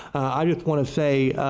i want to say,